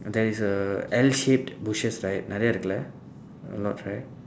there is a L shaped bushes right நிறைய இருக்குல:niraiya irukkula a lot right